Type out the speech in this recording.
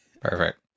Perfect